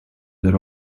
that